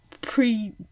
pre